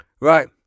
right